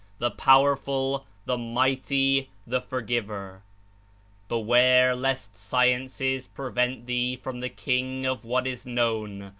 the powerful, the mighty, the forgiver beware lest sciences prevent thee from the king of what is known,